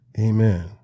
Amen